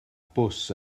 bws